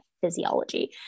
physiology